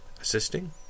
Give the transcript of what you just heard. assisting